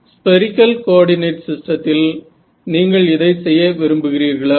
spherical coordinate சிஸ்டத்தில் நீங்கள் இதை செய்ய விரும்புகிறீர்களா